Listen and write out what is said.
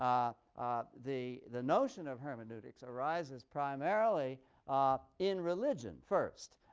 um the the notion of hermeneutics arises primarily in religion first,